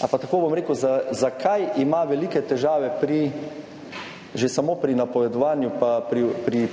ta vlada ne razume, zakaj ima velike težave že samo pri napovedovanju pa